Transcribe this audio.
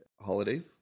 holidays